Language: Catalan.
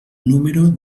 número